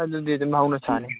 ꯑꯗꯨꯗꯤ ꯑꯗꯨꯝ ꯍꯧꯅꯁꯥꯅꯤ